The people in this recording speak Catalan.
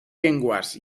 llengües